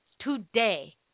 today